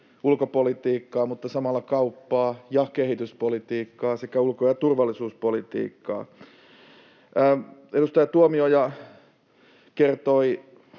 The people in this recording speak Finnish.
ulkopolitiikkaa mutta samalla kauppaa ja kehityspolitiikkaa sekä ulko‑ ja turvallisuuspolitiikkaa. Edustaja Tuomioja kertoi